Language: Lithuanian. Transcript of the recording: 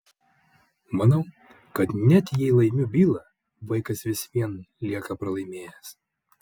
manau kad net jei laimiu bylą vaikas vis vien lieka pralaimėjęs